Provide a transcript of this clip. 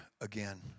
again